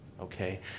Okay